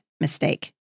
mistake